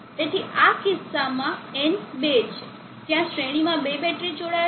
તેથી આ કિસ્સામાં n બે છે ત્યાં શ્રેણીમાં બે બેટરી જોડાયેલ છે